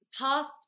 past